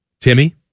Timmy